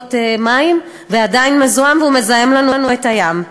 ובדיקות מים, ועדיין מזוהם, והוא מזהם לנו את הים.